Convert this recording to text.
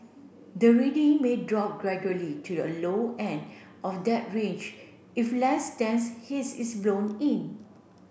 the reading may drop gradually to a low end of that range if less dense haze is blown in